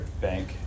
bank